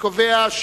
נא להצביע.